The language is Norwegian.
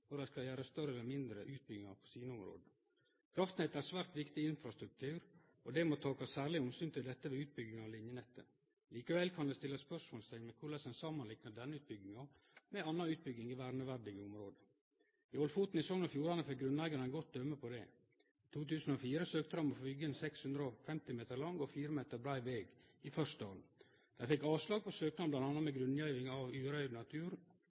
dei skal gjere større eller mindre utbyggingar på sine område. Kraftnettet er svært viktig infrastruktur, og det må takast særleg omsyn til dette ved utbygging av linjenettet. Likevel kan ein setje spørsmålsteikn ved korleis ein samanliknar denne utbygginga med anna utbygging i verneverdige område. I Ålfoten i Sogn og Fjordane fekk grunneigarane eit godt døme på det. I 2004 søkte dei om å få byggje ein 650 meter lang og 4 meter brei veg i Førsdalen. Dei fekk avslag på søknaden, bl.a. med grunngjeving av urørd natur